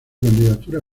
candidatura